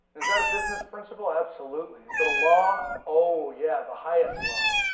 is that a business principle? absolutely, is that a law? oh, yeah, the highest law.